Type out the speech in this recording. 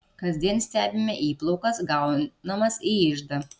kasdien stebime įplaukas gaunamas į iždą